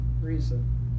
reason